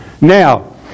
Now